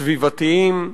סביבתיים,